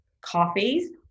coffees